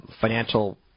financial